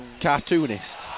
cartoonist